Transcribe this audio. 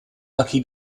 lucky